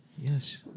Yes